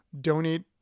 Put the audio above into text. donate